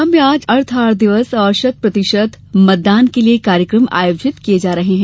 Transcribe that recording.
रतलाम में आज earth hour दिवस और शत प्रतिशत मतदान के लिये कार्यक्रम आयोजित किये जा रहे है